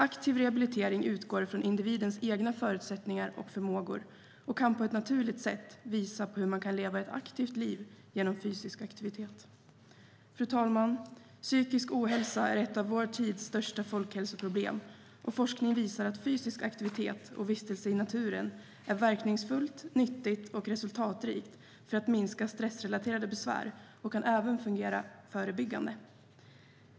Aktiv rehabilitering utgår från individens egna förutsättningar och förmågor och kan på ett naturligt sätt visa hur man kan leva ett aktivt liv genom fysisk aktivitet. Fru talman! Psykisk ohälsa är ett av vår tids största folkhälsoproblem, och forskning visar att fysisk aktivitet och vistelse i naturen är verkningsfullt, nyttigt och resultatrikt för att minska stressrelaterade besvär. Det kan även fungera förebyggande.